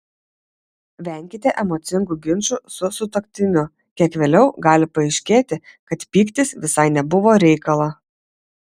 venkite emocingų ginčų su sutuoktiniu kiek vėliau gali paaiškėti kad pyktis visai nebuvo reikalo